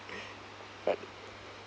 but